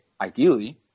ideally